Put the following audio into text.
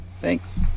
Thanks